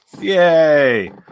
Yay